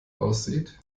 aussieht